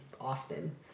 often